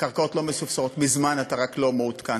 הקרקעות לא מסופסרות מזמן, אתה רק לא מעודכן.